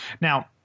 Now